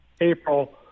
April